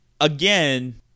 again